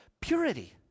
purity